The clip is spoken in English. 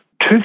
two